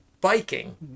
biking